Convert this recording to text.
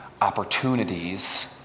opportunities